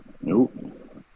Nope